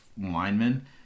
linemen